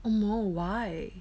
oh no why